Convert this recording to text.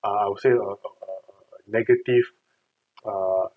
I I would say err negative uh